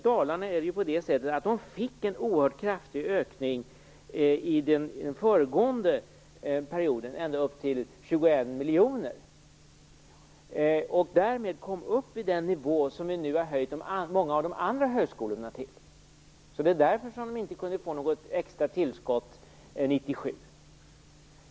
De fick en oerhört kraftig ökning förra budgetperioden, ända upp till 21 miljoner. Därmed kom de upp till den nivå som vi nu har höjt många av de andra högskolorna till. Därför kunde Dalarna inte få något extra tillskott 1997.